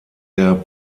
der